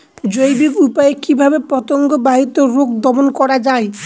জৈবিক উপায়ে কিভাবে পতঙ্গ বাহিত রোগ দমন করা যায়?